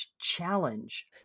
challenge